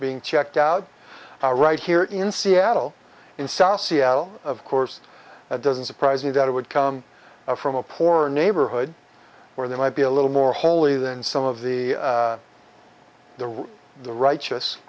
being checked out right here in seattle in south seattle of course doesn't surprise me that it would come from a poor neighborhood where there might be a little more holy than some of the the the righteous